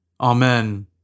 Amen